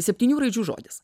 septynių raidžių žodis